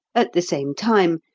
at the same time,